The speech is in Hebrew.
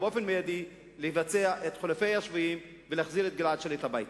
ובאופן מיידי לבצע את חילופי השבויים ולהחזיר את גלעד שליט הביתה.